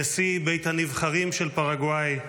נשיא בית הנבחרים של פרגוואי,